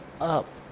up